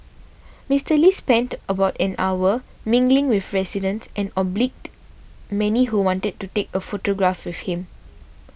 Mister Lee spent about an hour mingling with residents and obliged many who wanted to take a photograph with him